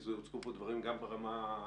אלא דברים שהם גם ברמה המיידית.